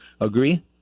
agree